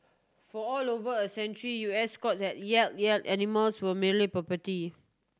for all over a century U S courts have held that animals were merely property